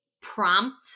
prompt